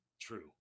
true